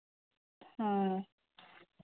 ᱦᱳᱭ